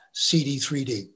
CD3D